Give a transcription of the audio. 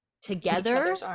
together